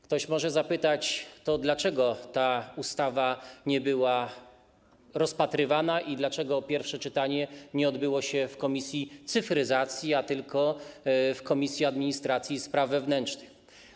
Ktoś może zapytać: To dlaczego ta ustawa nie była rozpatrywana i dlaczego pierwsze czytanie nie odbyło się w komisji cyfryzacji, a tylko w Komisji Administracji i Spraw Wewnętrznych?